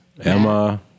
Emma